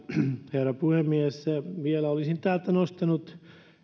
herra puhemies vielä olisin nostanut